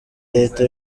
leta